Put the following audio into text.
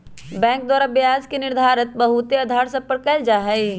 bank द्वारा ब्याज के निर्धारण बहुते अधार सभ पर कएल जाइ छइ